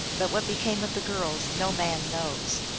but what became of the girls no man knows.